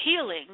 healing